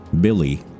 Billy